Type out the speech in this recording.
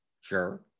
sure